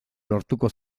lortuko